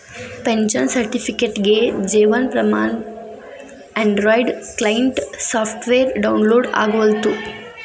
pension ಸರ್ಟಿಫಿಕೇಟ್ಗೆ Jeevan Pramaan Android client software download ಆಗವಲ್ತು